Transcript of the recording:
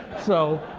so